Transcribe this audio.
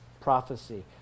prophecy